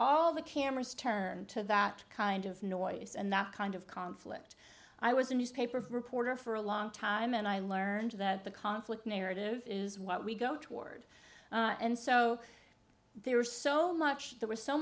all the cameras turned to that kind of noise and that kind of conflict i was in news paper for reporter for a long time and i learned that the conflict narrative is what we go toward and so there is so much there was so